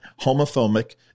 homophobic